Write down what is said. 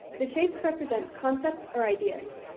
the shapes represent concepts or ideas.